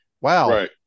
Wow